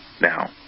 Now